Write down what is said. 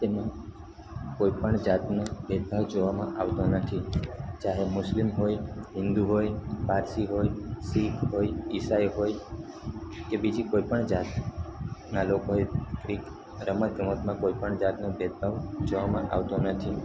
તેમાં કોઈપણ જાતનો ભેદભાવ જોવામાં આવતો નથી ચાહે મુસ્લિમ હોય હિન્દુ હોય પારસી હોય શીખ હોય ઈસાઈ હોય કે બીજી કોઈપણ જાતના લોક હોય રમતગમતમાં કોઈપણ જાતનો ભેદભાવ જોવામાં આવતો નથી